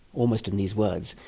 almost in these words,